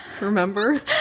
Remember